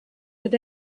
had